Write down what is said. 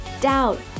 doubt